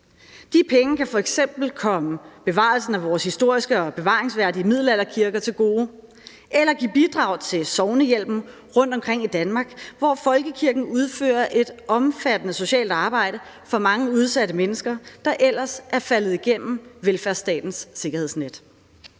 De penge kan f.eks. komme bevarelsen af vores historiske og bevaringsværdige middelalderkirker til gode eller give bidrag til sognehjælpen rundtomkring i Danmark, hvor folkekirken udfører et omfattende socialt arbejde for mange udsatte mennesker, der ellers er faldet igennem velfærdsstatens sikkerhedsnet.